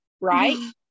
right